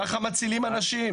כך מצילים אנשים.